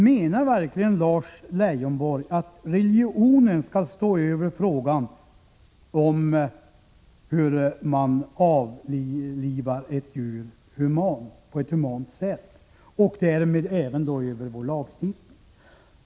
Menar verkligen Lars Leijonborg att religionen skall stå över frågan om hur man avlivar ett djur på ett humant sätt och därmed även stå över vår lagstiftning?